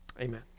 Amen